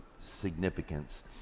significance